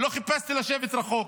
לא חיפשתי לשבת רחוק.